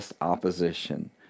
opposition